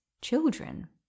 children